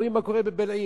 רואים מה קורה בבילעין,